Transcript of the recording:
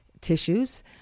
tissues